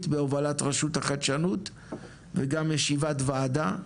בהובלת רשות החדשנות וגם ישיבת ועדה,